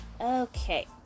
Okay